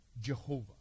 Jehovah